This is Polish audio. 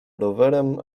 rowerem